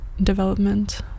development